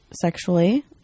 sexually